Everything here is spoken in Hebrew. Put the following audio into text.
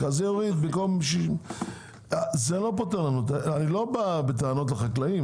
אני לא בא בטענות לחקלאים,